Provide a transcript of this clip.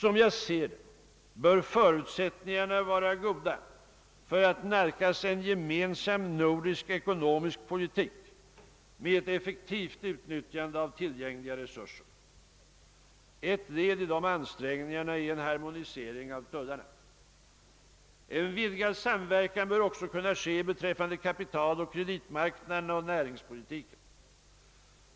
Som jag ser det bör förutsättningarna vara goda för att nalkas en gemensam nordisk ekonomisk politik med ett effektivt utnyttjande av tillgängliga resurser. Ett led i dessa ansträngningar är en harmonisering av tullarna. En vidgad samverkan bör också kunna ske beträffande kapitaloch kreditmarknaderna och näringspolitiken.